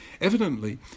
Evidently